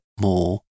more